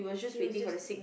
he were just